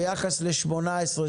ביחס לשנת 2017,